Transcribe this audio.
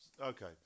Okay